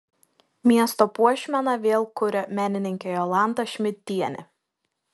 miesto puošmeną vėl kuria menininkė jolanta šmidtienė